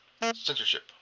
censorship